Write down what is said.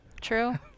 true